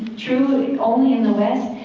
true only in the west,